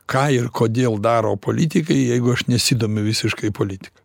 ką ir kodėl daro politikai jeigu aš nesidomiu visiškai politika